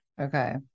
Okay